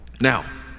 Now